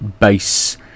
base